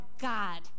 God